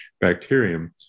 bacterium